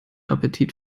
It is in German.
appetit